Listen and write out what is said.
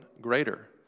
greater